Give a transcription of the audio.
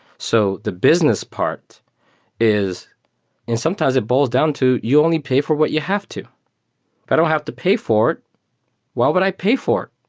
so the business part is and sometimes it boils down to you only pay for what you have to. if i don't have to pay for it, why would i pay for it?